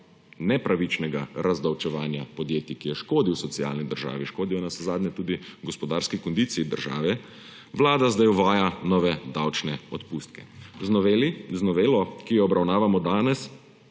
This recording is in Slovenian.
nepravičnega razdavčevanja podjetij, ki je škodilo socialni državi, škodilo je navsezadnje tudi gospodarski kondiciji države, Vlada zdaj uvaja nove davčne odpustke. Z novelo, ki jo obravnavamo danes,